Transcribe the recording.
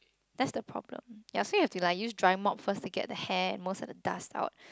that's the problem ya so you have to like use dry mop first to get the hair and most of the dust out